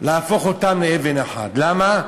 להפוך אותן לאבן אחת, למה?